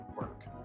work